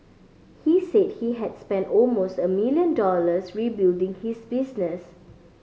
he said he had spent almost a million dollars rebuilding his business